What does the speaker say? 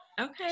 Okay